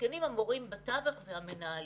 ומסכנים המורים בתווך והמנהלים.